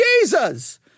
Jesus